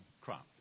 crop